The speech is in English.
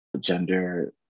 gender